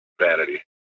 vanity